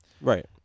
Right